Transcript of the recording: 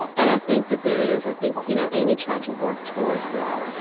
and i think that there is. i think, you know, aimee tried to work towards that.